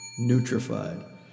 nutrified